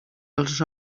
els